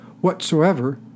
whatsoever